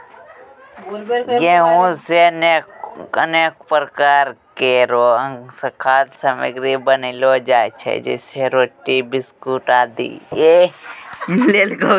गेंहू सें अनेक प्रकार केरो खाद्य सामग्री बनैलो जाय छै जैसें रोटी, बिस्कुट आदि